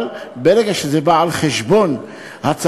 אבל ברגע שזה בא על חשבון הצרכן,